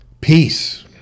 Peace